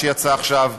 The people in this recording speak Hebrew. שיצא עכשיו,